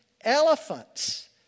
elephants